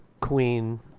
Queen